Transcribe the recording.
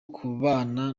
kubana